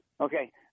Okay